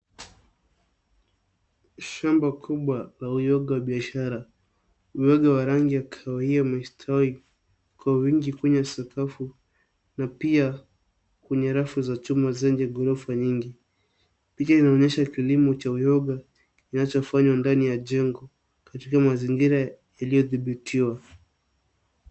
Shamba kubwa la uyoga biashara. Uyoga wa rangi ya kahawia umestawi kwa wingi kwenye sakafu. Na pia kwenye rafu za chuma zenye ghorofa nyingi. Picha inaonyesha kilimo cha uyoga, kinachofanywa ndani ya jengo, katika mazingira yaliyothibitiwa.